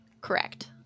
Correct